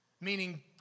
Meaning